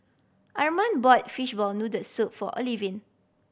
Arman bought fishball noodle soup for Olivine